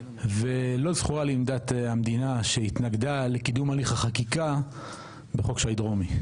לא זכורה לי עמדת המדינה שהתנגדה לקידום הליך החקיקה בחוק שי דרומי.